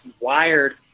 wired